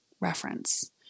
reference